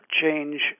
change